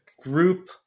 group